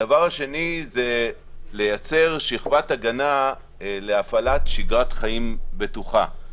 הדבר השני לייצר שכבת הגנה להפעלת שגרת חיים בטוחה.